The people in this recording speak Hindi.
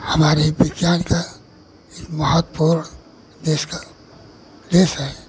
हमारे विज्ञान का एक महत्पूर्ण देश का देश है